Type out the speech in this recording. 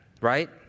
right